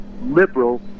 liberal